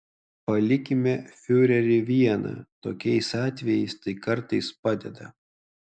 palikime fiurerį vieną tokiais atvejais tai kartais padeda